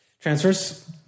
Transfers